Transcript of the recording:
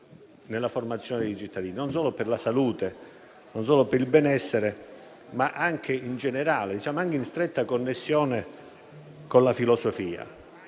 nella formazione dei cittadini, e non solo per la salute e il benessere, ma anche in generale, in stretta connessione con la filosofia.